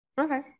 okay